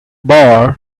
bar